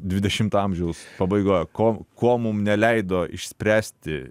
dvidešimto amžiaus pabaigoj ko ko mum neleido išspręsti